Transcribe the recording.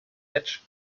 edge